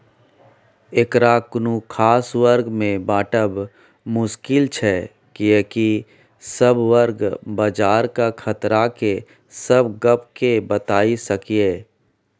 एकरा कुनु खास वर्ग में बाँटब मुश्किल छै कियेकी सब वर्ग बजारक खतरा के सब गप के बताई सकेए